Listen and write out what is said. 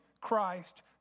christ